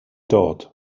dod